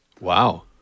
Wow